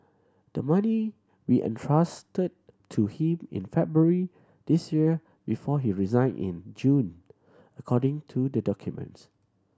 the money will entrusted to him in February this year before he resigned in June according to the documents